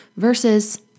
versus